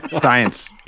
Science